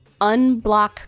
unblock